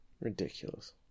Ridiculous